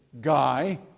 guy